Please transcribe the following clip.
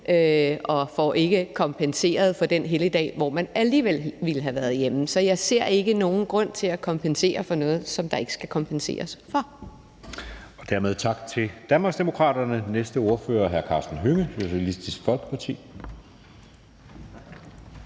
man ikke kompenseret for den helligdag, hvor man alligevel ville have været hjemme. Så jeg ser ikke nogen grund til at kompensere for noget, som der ikke skal kompenseres for. Kl. 11:08 Anden næstformand (Jeppe Søe): Dermed siger vi tak til Danmarksdemokraternes ordfører. Næste ordfører er hr. Karsten Hønge, Socialistisk Folkeparti.